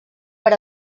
per